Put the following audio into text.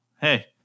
Hey